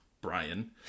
Brian